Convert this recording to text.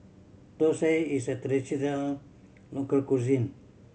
thosai is a traditional local cuisine